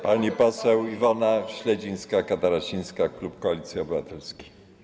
Pani poseł Iwona Śledzińska-Katarasińska, klub Koalicji Obywatelskiej.